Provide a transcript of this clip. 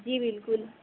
जी बिल्कुल